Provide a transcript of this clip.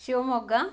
Shivamogga